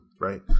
right